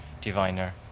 diviner